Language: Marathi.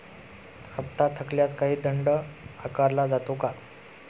हप्ता थकल्यास काही दंड आकारला जातो का?